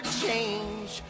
change